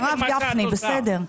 הרב גפני, בסדר.